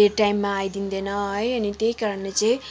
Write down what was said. बेटाइममा आइदिँदैन है अनि त्यही कारणले चाहिँ